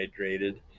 hydrated